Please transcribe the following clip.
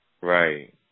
Right